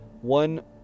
one